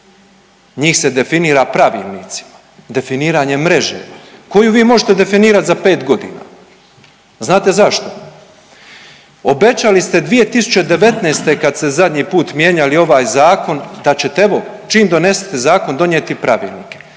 Njih se definira pravilnicima, definiranjem mreže koju vi možete definirat za pet godina. Znate zašto? Obećali ste 2019. kad ste zadnji put mijenjali ovaj zakon da ćete evo čim donesete zakon donijeti pravilnike,